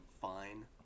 fine